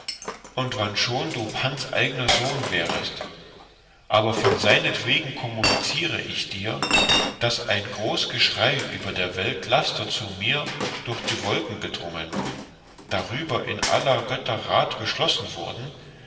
und wannschon du pans eigener sohn wärest aber von seinetwegen kommuniziere ich dir daß ein groß geschrei über der welt laster zu mir durch die wolken gedrungen darüber in aller götter rat beschlossen worden